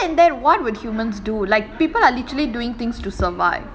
but other than that what would humans do like people are literally doing things to survive